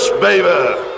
baby